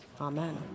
Amen